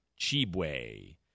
Chibwe